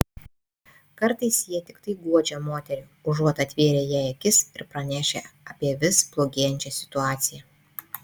kartais jie tiktai guodžia moterį užuot atvėrę jai akis ir pranešę apie vis blogėjančią situaciją